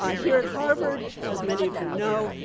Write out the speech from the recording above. ah here at harvard, as many of you know,